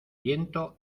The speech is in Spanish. viento